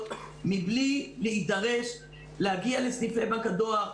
מבלי להידרש להגיע לסניפי בנק הדואר,